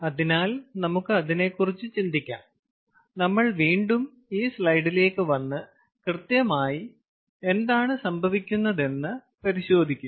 അതിനാൽ നമുക്ക് അതിനെക്കുറിച്ച് ചിന്തിക്കാം നമ്മൾ വീണ്ടും ഈ സ്ലൈഡിലേക്ക് വന്ന് കൃത്യമായി എന്താണ് സംഭവിക്കുന്നതെന്ന് പരിശോധിക്കും